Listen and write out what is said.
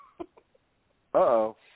Uh-oh